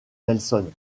nelson